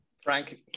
Frank